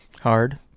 Hard